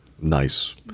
Nice